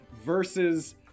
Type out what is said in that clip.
versus